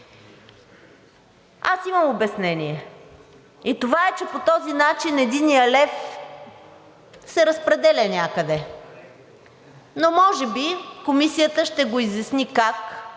Аз имам обяснение. И това е, че по този начин единият лев се разпределя някъде. Но може би комисията ще го изясни как,